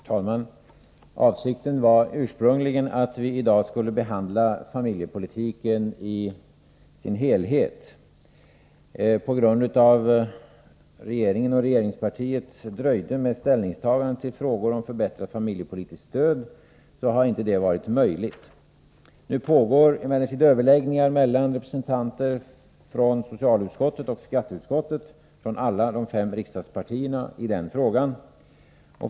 Herr talman! Avsikten var ursprungligen att vi i dag skulle behandla familjepolitiken i dess helhet. På grund av att regeringen och regeringspartiet har dröjt med ställningstagandet till frågor om förbättrat familjepolitiskt stöd har det inte varit möjligt. Nu pågår emellertid överläggningar mellan representanter för socialutskottet och skatteutskottet från alla de fem riksdagspartierna i denna fråga.